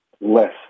less